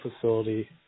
facility